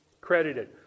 credited